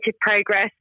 progress